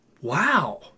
wow